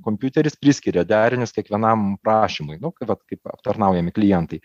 kompiuteris priskiria derinius kiekvienam prašymui nu vat kaip aptarnaujami klientai